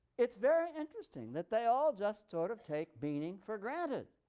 it's very interesting that they all just sort of take meaning for granted.